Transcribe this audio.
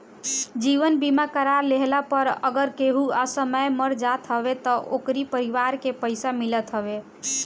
जीवन बीमा करा लेहला पअ अगर केहू असमय मर जात हवे तअ ओकरी परिवार के पइसा मिलत हवे